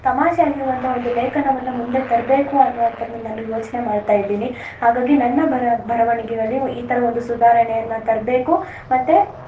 ತಮಾಷೆಯಾಗಿರುವಂಥ ಒಂದು ಲೇಖನವನ್ನ ಮುಂದೆ ತರಬೇಕು ಅನ್ನುವಂಥದ್ನು ನಾನು ಯೋಚನೆ ಮಾಡ್ತಾ ಇದ್ದೀನಿ ಹಾಗಾಗಿ ನನ್ನ ಬರವಣಿಗೆಯಲ್ಲಿ ಈ ಥರ ಒಂದು ಸುಧಾರಣೆಯನ್ನ ತರಬೇಕು ಮತ್ತು